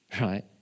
Right